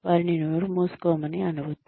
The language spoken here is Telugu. వారిని నోరుమూసుకోమని అనవద్దు